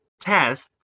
test